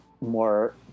more